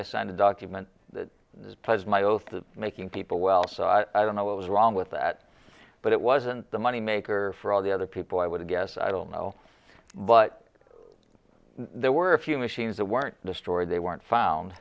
i signed a document this pledge my oath to making people well so i don't know what was wrong with that but it wasn't the money maker for all the other people i would guess i don't know but there were a few machines that weren't destroyed they weren't found